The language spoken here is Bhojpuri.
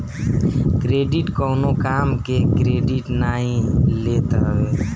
क्रेडिट कवनो काम के क्रेडिट नाइ लेत हवे